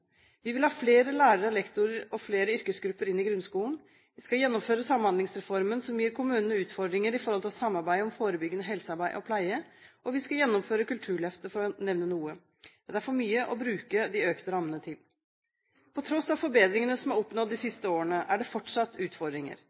Vi vil ha flere lærere og lektorer og flere yrkesgrupper inn i grunnskolen. Vi skal gjennomføre Samhandlingsreformen som gir kommunene utfordringer i forhold til samarbeid om forebyggende helsearbeid og pleie. Og vi skal gjennomføre Kulturløftet, for å nevne noe. Det er derfor mye å bruke de økte rammene til. På tross av forbedringene som er oppnådd de siste årene, er det fortsatt utfordringer.